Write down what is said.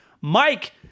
Mike